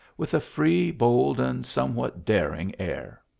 with a free, bold and somewhat daring air.